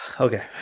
Okay